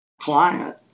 client